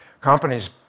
companies